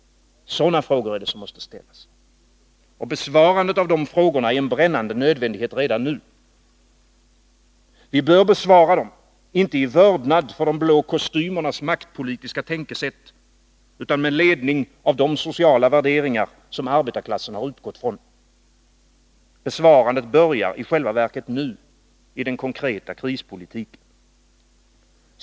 Sådana frågor är det som måste ställas, och besvarandet av dessa frågor är en brännande nödvändighet redan nu. Vi bör besvara dem, inte i vördnad för de blå kostymernas maktpolitiska tänkesätt utan med ledning av de sociala värderingar som arbetarklassen har utgått från. Besvarandet börjar i själva verket nu, i den konkreta krispolitiken.